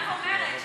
אני רק אומרת שאתה,